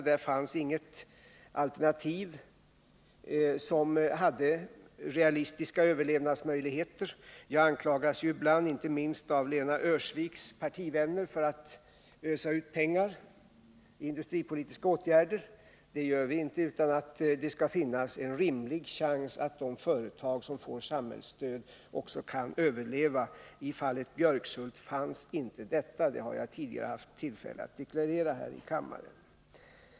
Där fanns inget alternativ som hade realistiska överlevnadsmöjligheter. Jag anklagas ibland, inte minst av Lena Öhrsviks partivänner, för att ösa in pengar i industripolitiska åtgärder. Det gör vi inte om det inte finns en rimlig chans att de företag som får samhällsstöd också kan överleva. I fallet Björkshult fanns inte den chansen.